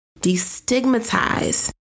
destigmatize